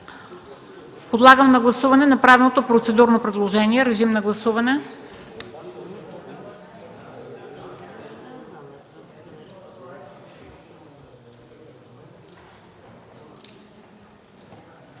Подлагам на гласуване направеното процедурно предложение за допускане